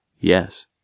Yes